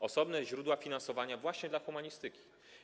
Osobne źródła finansowania właśnie dla humanistyki.